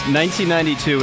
1992